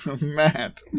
Matt